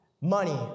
money